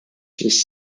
his